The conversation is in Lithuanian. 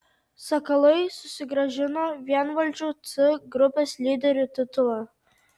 sakalai susigrąžino vienvaldžių c grupės lyderių titulą